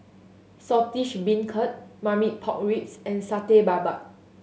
Saltish Beancurd Marmite Pork Ribs and Satay Babat